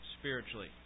spiritually